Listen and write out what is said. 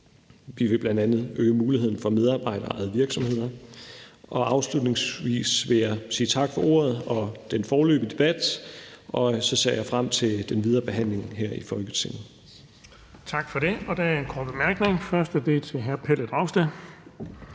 Vi vil bl.a. øge muligheden for medarbejderejede virksomheder. Afslutningsvis vil jeg sige tak for ordet og den foreløbige debat. Jeg ser frem til den videre behandling her i Folketinget. Kl. 17:45 Den fg. formand (Erling Bonnesen): Tak for det. Der er en kort bemærkning. Først er det hr. Pelle Dragsted.